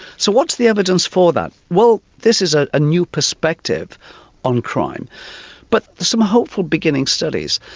so what's the evidence for that? well this is a ah new perspective on crime but some hopeful beginning studies.